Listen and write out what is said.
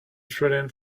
threading